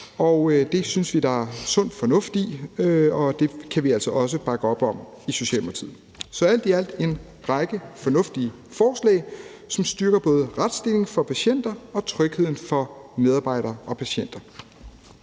Det synes vi der er sund fornuft i, og det kan vi altså også bakke op om i Socialdemokratiet. Det er altså alt i alt en række fornuftige forslag, som styrker både retsstillingen for patienter og trygheden for medarbejdere og patienter.